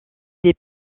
des